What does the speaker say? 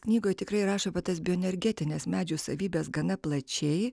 knygoj tikrai rašo kad tos bioenergetinės medžio savybes gana plačiai